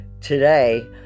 today